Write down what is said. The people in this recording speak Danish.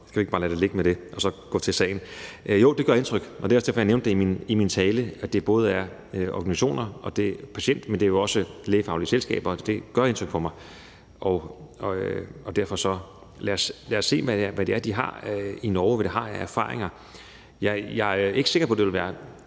skal vi ikke bare lade det blive ved det og så gå til sagen. Jo, det gør indtryk, og det var også derfor, jeg nævnte det i min tale, altså at det både gælder patientorganisationer, men jo også lægefaglige selskaber – det gør indtryk på mig. Lad os derfor se, hvad de har i Norge, hvad de har af erfaringer. Jeg er ikke sikker på, at det ville være